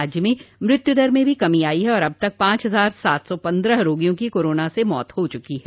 राज्य में मृत्युदर में भी कमी आई है और अब तक पांच हजार सात सौ पन्द्रह रोगियों की कोरोना से मौत हुई है